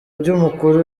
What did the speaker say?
by’umukuru